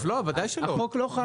לא בוודאי שלא.